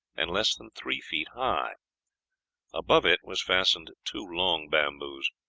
and less than three feet high above it was fastened two long bamboos.